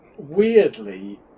weirdly